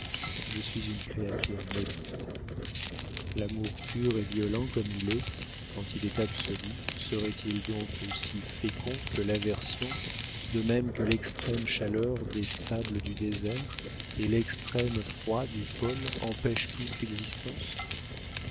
je suis une créature maudite l'amour pur et violent comme il est quand il est absolu serait-il donc aussi infécond que l'aversion de même que l'extrême chaleur des sables du désert et l'extrême froid du pôle empêchent toute existence